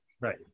Right